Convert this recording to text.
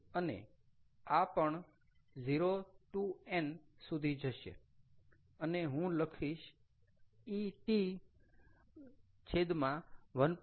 અને આ પણ 0 to n સુધી જશે અને હું લખીશ Et1 rt